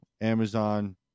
Amazon